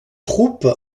troupes